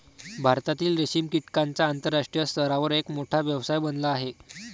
भारतातील रेशीम कीटकांचा आंतरराष्ट्रीय स्तरावर एक मोठा व्यवसाय बनला आहे